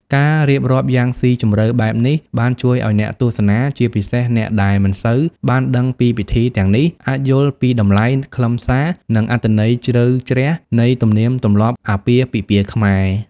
ការរៀបរាប់យ៉ាងស៊ីជម្រៅបែបនេះបានជួយឲ្យអ្នកទស្សនា ជាពិសេសអ្នកដែលមិនសូវបានដឹងពីពិធីទាំងនេះ អាចយល់ពីតម្លៃ ខ្លឹមសារ និងអត្ថន័យជ្រៅជ្រះនៃទំនៀមទម្លាប់អាពាហ៍ពិពាហ៍ខ្មែរ។